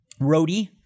roadie